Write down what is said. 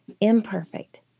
imperfect